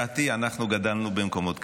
אנחנו גדלנו במקומות כאלה,